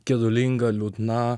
gedulinga liūdna